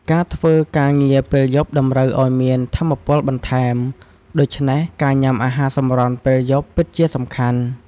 ការធ្វើការងារពេលយប់តម្រូវឱ្យមានថាមពលបន្ថែម ដូច្នេះការញ៉ាំអាហារសម្រន់ពេលយប់ពិតជាសំខាន់។